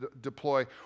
deploy